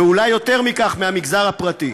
ואולי יותר מכך מהמגזר הפרטי,